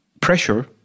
pressure